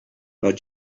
not